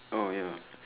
oh ya